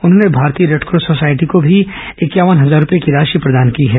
उन्होंने भारतीय Red Cross Society को भी इक्यावन हजार रुपए की राशि ंप्रदान की है